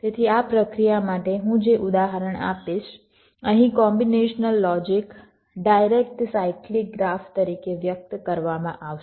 તેથી આ પ્રક્રિયા માટે હું જે ઉદાહરણ આપીશ અહીં combinational logic direct cyclic graph તરીકે વ્યક્ત કરવામાં આવશે